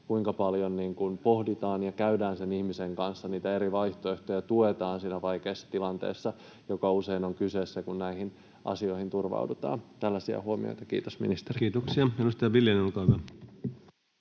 kuinka paljon pohditaan ja käydään sen ihmisen kanssa niitä eri vaihtoehtoja — tuetaan siinä vaikeassa tilanteessa, joka usein on kyseessä, kun näihin asioihin turvaudutaan. Tällaisia huomioita. — Kiitos ministerille. [Speech